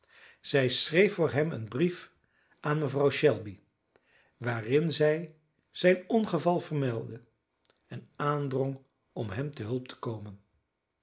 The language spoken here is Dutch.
zij schreef voor hem een brief aan mevrouw shelby waarin zij zijn ongeval vermeldde en aandrong om hem te hulp te komen